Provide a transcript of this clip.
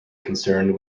concerned